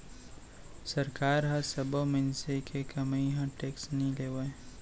सरकार ह सब्बो मनसे के कमई म टेक्स नइ लेवय